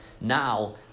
now